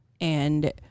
And-